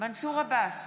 מנסור עבאס,